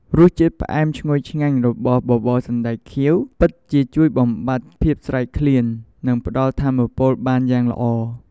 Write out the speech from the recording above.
រសជាតិផ្អែមឈ្ងុយឆ្ងាញ់របស់បបរសណ្ដែកខៀវពិតជាជួយបំបាត់ភាពស្រេកឃ្លាន និងផ្ដល់ថាមពលបានយ៉ាងល្អ។